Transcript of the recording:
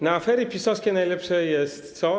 Na afery PiS-owskie najlepsze jest co?